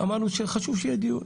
אמרנו שחשוב שיהיה דיון.